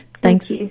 Thanks